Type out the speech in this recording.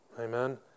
Amen